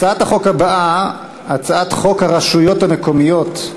הצעת החוק הבאה: הצעת חוק הרשויות המקומיות (בחירות)